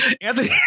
Anthony